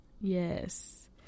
Yes